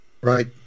Right